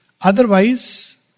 otherwise